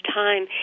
time